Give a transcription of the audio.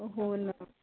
हो ना